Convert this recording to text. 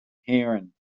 héireann